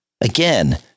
Again